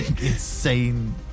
Insane